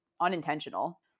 unintentional